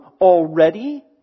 already